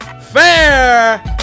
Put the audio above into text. fair